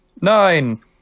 Nine